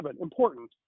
important